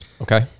Okay